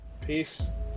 Peace